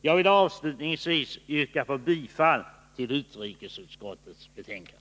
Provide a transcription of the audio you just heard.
Jag vill avslutningsvis yrka bifall till utrikesutskottets hemställan.